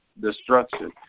destruction